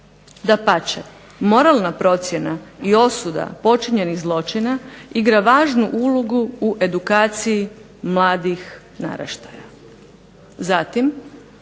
Dapače, moralna procjena i osuda počinjenih zločina igra važnu ulogu u edukaciji mladih naraštaja. Zatim,